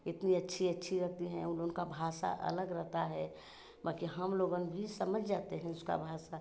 इतनी अच्छी अच्छी लगती हैं उन लोगन का भाषा अलग रहता है बाकी हम लोगन भी समझ जाते हैं उसका भाषा